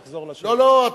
להתיישב ולחזור, לא, לא.